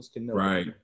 Right